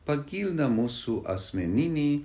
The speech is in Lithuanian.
pgilina mūsų asmeninį